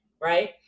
Right